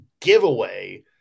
giveaway